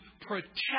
protect